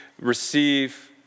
receive